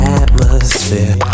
atmosphere